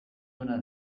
ona